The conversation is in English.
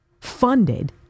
funded